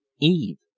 Eve